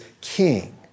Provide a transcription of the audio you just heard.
king